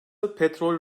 petrol